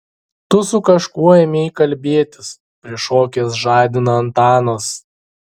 tu su kažkuo ėmei kalbėtis prišokęs žadina antanas